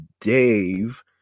Dave